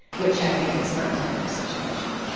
which i think is an untenable situation.